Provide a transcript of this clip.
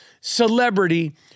celebrity